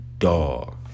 dog